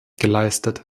geleistet